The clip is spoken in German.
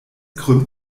krümmt